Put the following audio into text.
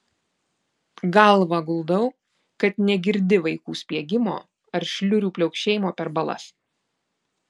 galvą guldau kad negirdi vaikų spiegimo ar šliurių pliaukšėjimo per balas